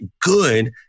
good